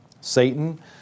Satan